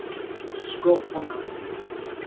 let's keep scrolling on on and see what else